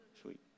Sweet